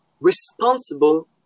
responsible